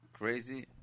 Crazy